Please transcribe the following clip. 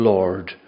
Lord